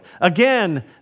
Again